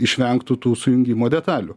išvengtų tų sujungimo detalių